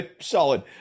solid